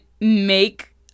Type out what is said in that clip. make